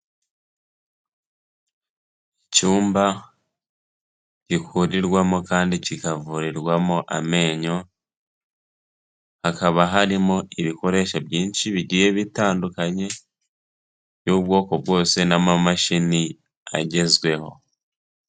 Icyumba gihurirwamo kandi kigavurirwamo amenyo, hakaba harimo ibikoresho byinshi bigiye bitandukanye by'ubwoko bwose n'amamashini agezweho.